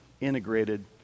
integrated